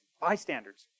bystanders